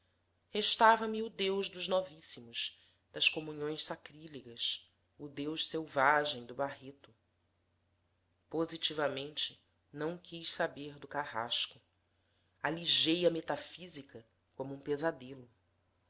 restava-me o deus dos novíssimos das comunhões sacrílegas o deus selvagem do barreto positivamente não quis saber do carrasco alijei a metafísica como um pesadelo